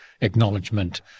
acknowledgement